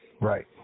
Right